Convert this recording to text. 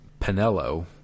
Pinello